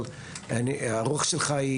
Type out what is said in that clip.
אבל אני חושב שרוח הדברים שלך היא